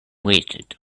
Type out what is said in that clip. waited